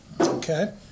okay